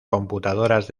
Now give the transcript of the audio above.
computadoras